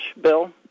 Bill